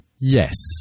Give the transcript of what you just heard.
Yes